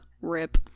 Rip